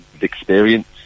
experience